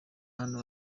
hano